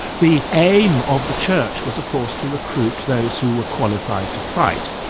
the aim of the church was of course to recruit those who were qualified to fight,